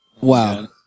Wow